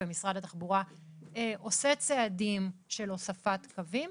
ומשרד התחבורה עושה צעדים של הוספת קווים.